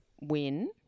win